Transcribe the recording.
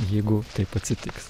jeigu taip atsitiks